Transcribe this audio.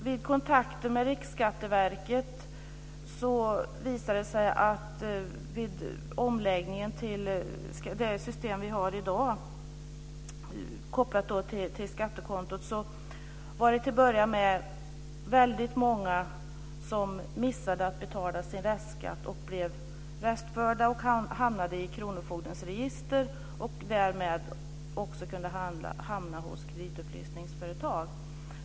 Vid kontakter med Riksskatteverket visade det sig att vid omläggningen till det system vi har i dag, kopplat till skattekontot, var det till att börja med väldigt många som missade att betala sin restskatt. De blev restförda och hamnade i kronofogdens register. Därmed kunde de också hamna hos kreditupplysningsföretag.